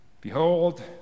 Behold